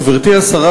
גברתי השרה,